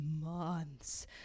months